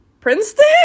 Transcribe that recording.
Princeton